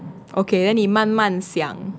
okay then 你慢慢想